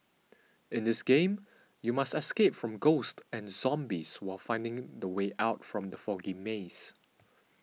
in this game you must escape from ghosts and zombies while finding the way out from the foggy maze